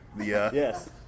Yes